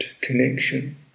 connection